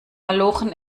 malochen